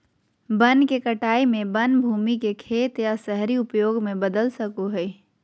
वन के कटाई में वन भूमि के खेत या शहरी उपयोग में बदल सको हइ